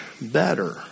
better